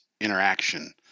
interaction